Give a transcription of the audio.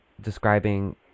describing